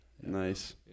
Nice